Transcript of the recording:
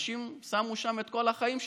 אנשים שמו שם את כל החיים שלהם.